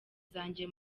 zanjye